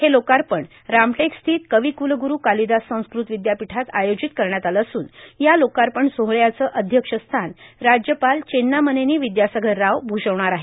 हे लोकार्पण रामटेकस्थित कविकुलगुरू कालिदास संस्कृत विद्यापीठात आयोजित करण्यात आलं असून या लोकार्पण सोहळ्याचं अध्यक्षस्थान राज्यपाल चेन्नामनेनी विद्यासागर राव भूषवणार आहेत